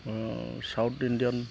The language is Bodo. south Indian